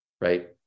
Right